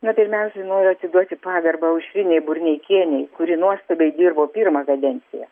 na pirmiausiai noriu atiduoti pagarbą aušrinei burneikienei kuri nuostabiai dirbo pirmą kadenciją